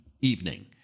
evening